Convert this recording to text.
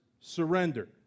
surrender